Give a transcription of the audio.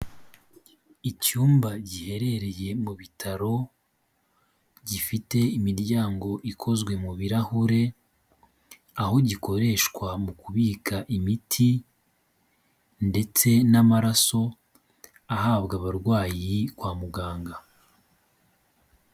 Icyumba giherereye mu bitaro gifite imiryango ikozwe mu birahure, aho gikoreshwa mu kubika imiti ndetse n'amaraso ahabwa abarwayi kwa muganga.